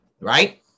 Right